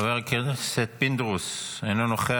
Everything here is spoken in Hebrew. חבר הכנסת פינדרוס, אינו נוכח.